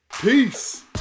peace